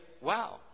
wow